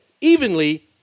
evenly